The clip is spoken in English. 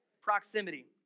proximity